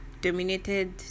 dominated